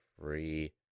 free